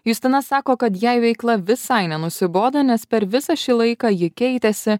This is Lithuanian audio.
justina sako kad jai veikla visai nenusibodo nes per visą šį laiką ji keitėsi